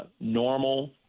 normal